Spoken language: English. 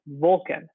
Vulcan